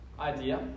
idea